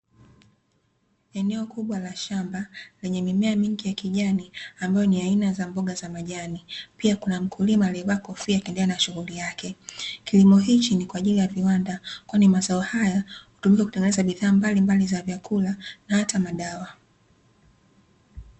Eneo kubwa la shamba lenye mimea mingi ya kijani ambayo niaina ya mboga za majani pia kuna mkulima aliyevaa kofia akiendelea na shughuli yake. Kilimo hichi ni kwaajili ya viwanda, kwani mazao haya hutumika kutangaza bidhaa mbalimbali za vyakula na hata madawa.